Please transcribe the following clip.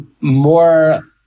more